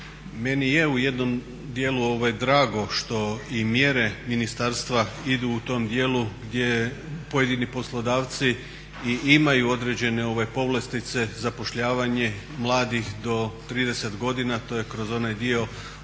Meni je u jednom dijelu drago što i mjere ministarstva idu u tom dijelu gdje pojedini poslodavci i imaju određene povlastice, zapošljavanje mladih do 30 godina, to je kroz onaj dio oslobađanja